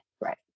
Right